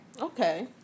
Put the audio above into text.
Okay